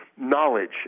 knowledge